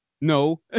no